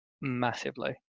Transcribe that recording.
massively